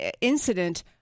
incident